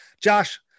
Josh